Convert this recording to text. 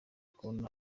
kubona